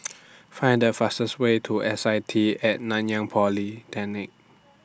Find The fastest Way to S I T At Nanyang Polytechnic